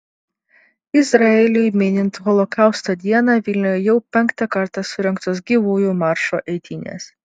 izraeliui minint holokausto dieną vilniuje jau penktą kartą surengtos gyvųjų maršo eitynės